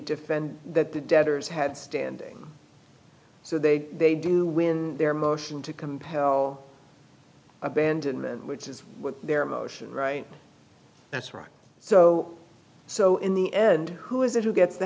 defend that the debtors had standing so they they do when their motion to compel abandonment which is what their emotions right that's right so so in the end who is it who gets the